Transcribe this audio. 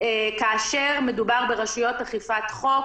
כאשר מדובר ברשויות אכיפת חוק,